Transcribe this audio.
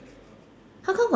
how come got